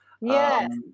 Yes